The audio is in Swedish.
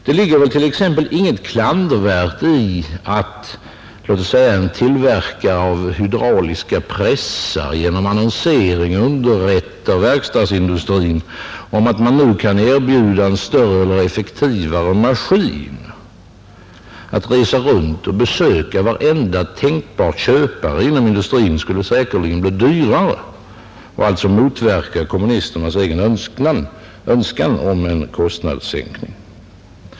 Det ligger väl t.ex. inget klandervärt i att låt oss säga en tillverkare av hydrauliska pressar genom annonsering underrättar verkstadsindustrin om att man nu kan erbjuda en större eller effektivare maskin. Att resa runt och besöka varenda tänkbar köpare inom industrin skulle säkerligen bli dyrare och alltså motverka kommunisternas egen önskan om en kostnadssänkning.